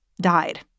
died